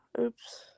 Oops